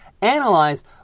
analyze